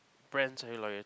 brands are you loyal